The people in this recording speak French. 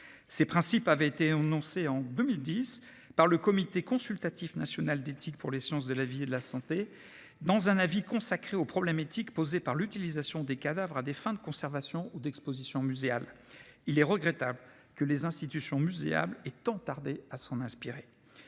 Ces principes avaient été énoncés, en 2010, par le Comité consultatif national d'éthique pour les sciences de la vie et de la santé dans un avis consacré aux problèmes éthiques posés par l'utilisation des cadavres à des fins de conservation ou d'exposition muséale. Il est regrettable que les institutions muséales aient tant tardé à s'en inspirer.